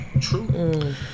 True